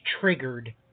triggered